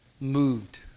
moved